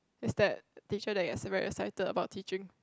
is that teacher that gets very excited about teaching